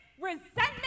resentment